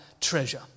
treasure